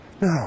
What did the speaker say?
No